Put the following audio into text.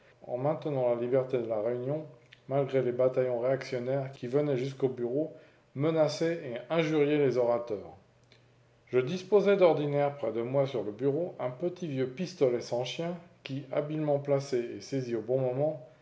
en maintenant la liberté de la réunion malgré les bataillons réactionnaires qui venaient jusqu'au bureau menacer et injurier les orateurs je déposais d'ordinaire près de moi sur le bureau un petit vieux pistolet sans chien qui habilement placé et saisi au bon moment